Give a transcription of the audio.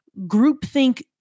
groupthink